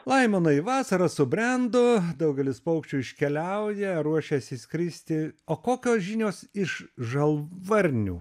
laimonai vasara subrendo daugelis paukščių iškeliauja ruošiasi skristi o kokios žinios iš žalvarnių